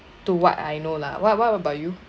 to what I know lah what what about you